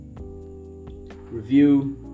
review